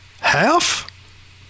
half